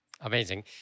Amazing